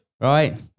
Right